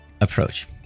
approach